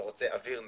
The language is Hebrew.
אתה רוצה אוויר נקי,